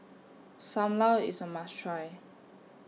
SAM Lau IS A must Try